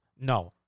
No